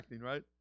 right